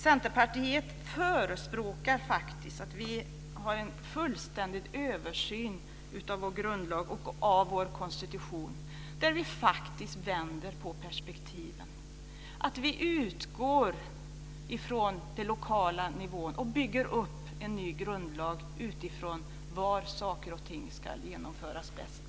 Centerpartiet förespråkar en fullständig översyn av vår grundlag och vår konstitution där vi vänder på perspektiven. Vi ska utgå från den lokala nivån och bygga upp en ny grundlag utifrån var saker och ting ska genomföras bäst.